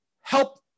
help